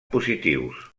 positius